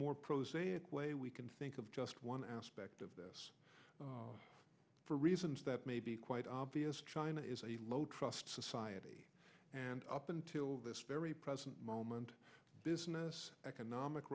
more prosaic way we can think of just one aspect of this for reasons that may be quite obvious china is a low trust society and up until this very present moment business economic